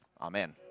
Amen